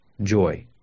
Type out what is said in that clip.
joy